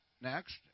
next